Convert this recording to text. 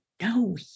No